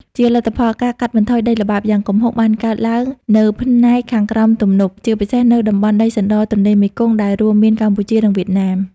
ជាលទ្ធផល ការកាត់បន្ថយដីល្បាប់ យ៉ាងគំហុកបានកើតឡើងនៅផ្នែកខាងក្រោមទំនប់ ជាពិសេសនៅតំបន់ដីសណ្ដរទន្លេមេគង្គដែលរួមមានកម្ពុជា និងវៀតណាម។